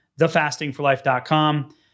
thefastingforlife.com